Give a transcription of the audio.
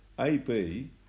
AB